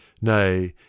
Nay